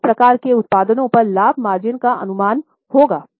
विभिन्न प्रकार के उत्पादों पर लाभ मार्जिन का अनुमान होगा